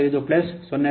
65 plus 0